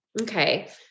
Okay